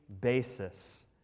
basis